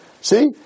See